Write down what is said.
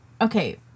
okay